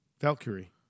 Valkyrie